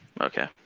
Okay